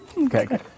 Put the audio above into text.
Okay